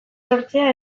sortzea